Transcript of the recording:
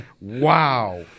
Wow